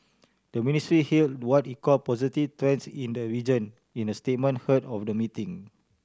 the ministry hailed what it called positive trends in the region in a statement ahead of the meeting